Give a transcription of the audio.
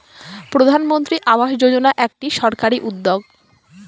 প্রধানমন্ত্রী আবাস যোজনা একটি সরকারি উদ্যোগ